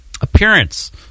Appearance